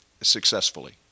successfully